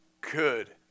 good